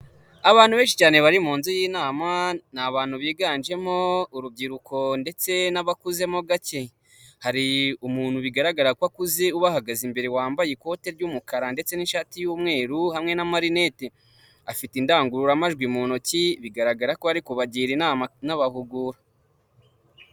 Abantu benshi cyane bari mu nzu y'inama ni abantu biganjemo urubyiruko ndetse n'abakuzemo gake, hari umuntu bigaragara ko akuze ubahagaze imbere wambaye ikote ry'umukara ndetse n'ishati y'umweru hamwe na marinete afite indangururamajwi mu ntoki bigaragara ko ariko kubagira inama n'abahugura.